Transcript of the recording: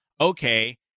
okay